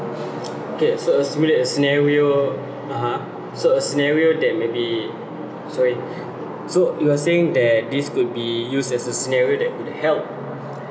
okay so I simulate a scenario (uh huh) so a scenario that maybe sorry so you are saying that this could be used as a scenario that would help